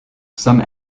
some